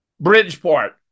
Bridgeport